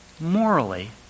morally